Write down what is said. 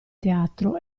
teatro